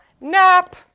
nap